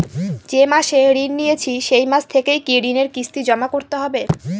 যে মাসে ঋণ নিয়েছি সেই মাস থেকেই কি ঋণের কিস্তি জমা করতে হবে?